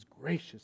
gracious